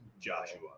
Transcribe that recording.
joshua